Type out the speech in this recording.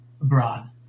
abroad